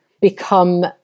become